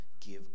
give